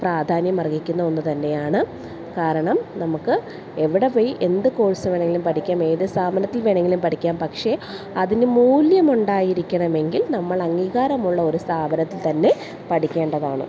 പ്രാധാന്യം അർഹിക്കുന്ന ഒന്ന് തന്നെയാണ് കാരണം നമുക്ക് എവിടെ പോയി എന്ത് കോഴ്സ് വേണമെങ്കിലും പഠിക്കാം ഏത് സ്ഥപനത്തിൽ വേണമെങ്കിലും പഠിക്കാം പക്ഷെ അതിന് മൂല്യമുണ്ടായിരിക്കണമെങ്കിൽ നമ്മൾ അംഗീകാരമുള്ള ഒരു സ്ഥപനത്തിൽ തന്നെ പഠിക്കേണ്ടതാണ്